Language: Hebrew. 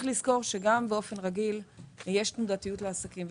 לזכור שגם באופן רגיל יש תנודתיות לעסקים,